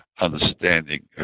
understanding